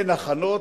אין הכנות.